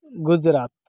Gujarat